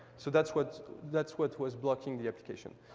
so that's what that's what was blocking the application.